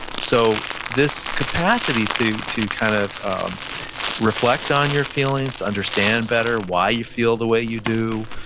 so this capacity to to kind of um reflect on your feelings, to understand better why you feel the way you do.